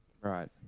right